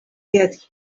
get